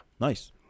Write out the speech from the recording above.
Nice